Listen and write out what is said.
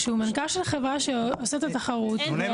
שהוא מנכ"ל של חברה שעושה את התחרות --- רגע,